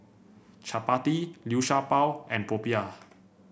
chappati Liu Sha Bao and popiah